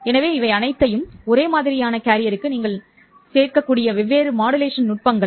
எனவே இவை அனைத்தும் ஒரே மாதிரியான கேரியருக்கு நீங்கள் விளையாடக்கூடிய வெவ்வேறு மாடுலேஷன் நுட்பங்கள்